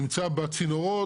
נמצא בצינורות.